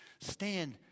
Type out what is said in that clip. Stand